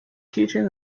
kitchen